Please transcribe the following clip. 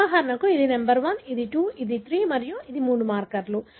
ఉదాహరణకు ఇది నంబర్ 1 ఇది 2 మరియు ఇది 3 మరియు ఇవి మూడు మార్కర్లు